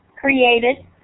created